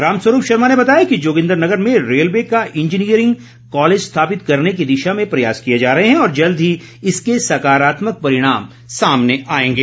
राम स्वरूप शर्मा ने बताया कि जोगिन्दनगर में रेलवे का इंजीनियरिंग कॉलेज स्थापित करने की दिशा में प्रयास किए जा रहे हैं और जल्द ही इसके सकारात्मक परिणाम सामने आएंगे